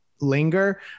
Linger